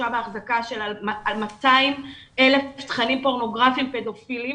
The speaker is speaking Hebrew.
שהוחזק בהחזקה של 200,000 תכנים פורנוגרפיים פדופילים